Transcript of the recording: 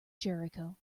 jericho